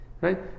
Right